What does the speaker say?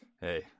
hey